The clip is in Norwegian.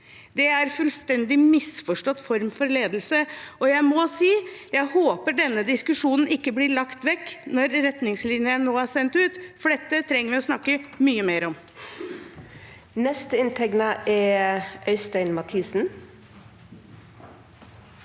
Det er en fullstendig misforstått form for ledelse. Jeg må si at jeg håper denne diskusjonen ikke blir lagt vekk når retningslinjene nå er sendt ut, for dette trenger vi å snakke mye mer om. Liv Ka ri Eskela nd